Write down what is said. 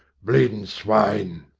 bleed'n' swine!